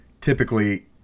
typically